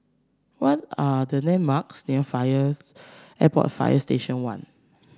what are the landmarks near Fire Airport Fire Station One